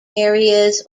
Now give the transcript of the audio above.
areas